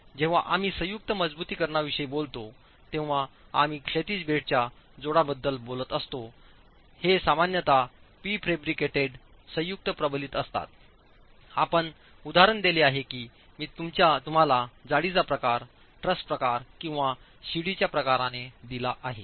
जेव्हा आम्ही संयुक्त मजबुतीकरणाविषयी बोलतो तेव्हा आम्ही क्षैतिज बेडच्या जोडा बद्दल बोलत असतो आणि हे सामान्यत प्रीफब्रिकेटेड संयुक्त प्रबलित असतात आपण उदाहरण दिले आहे की मी तुम्हाला जाळीचा प्रकार ट्रस प्रकार किंवा शिडीच्या प्रकाराने दिला आहे